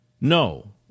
no